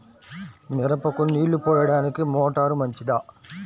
మిరపకు నీళ్ళు పోయడానికి మోటారు మంచిదా?